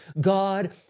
God